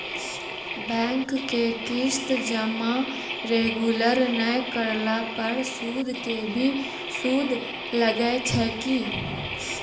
Bank के किस्त जमा रेगुलर नै करला पर सुद के भी सुद लागै छै कि?